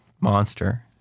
monster